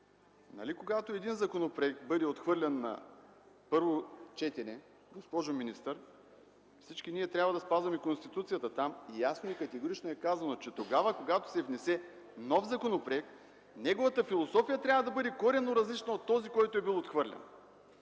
когато един законопроект бъде отхвърлен на първо четене, всички ние трябва да спазваме Конституцията. Там ясно и категорично е казано, че когато се внесе нов законопроект, неговата философия трябва да бъде коренно различна от тази, на която е бил отхвърлен.